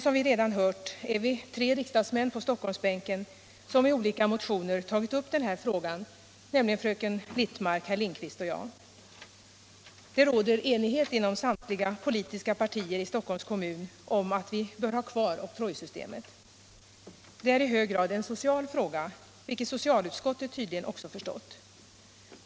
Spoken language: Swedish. Som vi redan hört är vi tre riksdagsmän på Stockholmsbänken som i olika motioner tagit upp den här frågan, nämligen fröken Littmarck, herr Lindkvist och jag. Det råder enighet inom samtliga politiska partier i Stockholms kommun om att vi bör ha kvar oktrojsystemet. Det är i hög grad en social fråga, vilket socialutskottet tydligen också förstått.